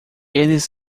eles